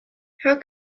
how